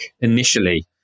initially